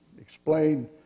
explain